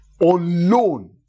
Alone